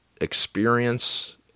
experience